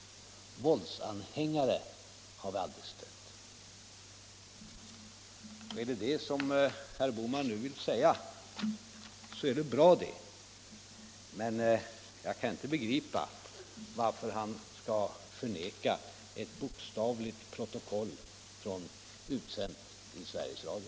Våldsanhängare har vi aldrig stött. Är detta vad herr Bohman nu vill säga så är det bra, men jag kan inte begripa varför han skall förneka ett bokstavligt protokoll över något som sänts i Sveriges Radio.